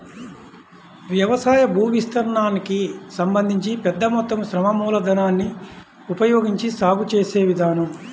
వ్యవసాయ భూవిస్తీర్ణానికి సంబంధించి పెద్ద మొత్తం శ్రమ మూలధనాన్ని ఉపయోగించి సాగు చేసే విధానం